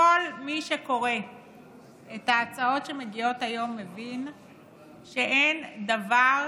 כל מי שקורא את ההצעות שמגיעות היום מבין שאין דבר